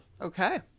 Okay